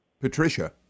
Patricia